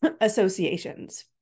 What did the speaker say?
associations